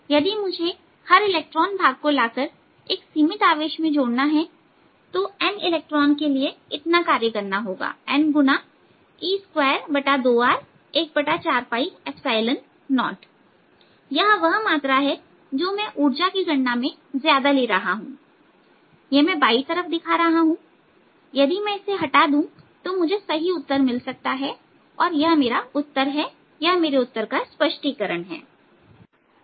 यदि मुझे हर इलेक्ट्रॉन भाग को लाकर एक सीमित आवेश में जोड़ना है तो n इलेक्ट्रॉन के लिए इतना कार्य करना होगा Ne22R140यह वह मात्रा है जो मैं ऊर्जा की गणना में ज्यादा ले रहा हूं इसे मैं बाई तरफ दिखा रहा हूं यदि मैं इसे हटा दूं तो मुझे सही उत्तर मिल सकता है और यह मेरा उत्तर है यह मेरे उत्तर का स्पष्टीकरण है